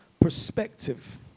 Perspective